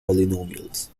polynomials